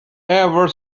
ever